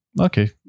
okay